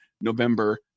november